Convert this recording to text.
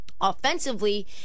offensively